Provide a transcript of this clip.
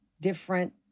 different